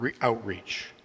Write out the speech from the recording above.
outreach